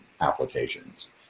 applications